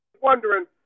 Wondering